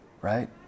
right